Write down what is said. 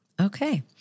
Okay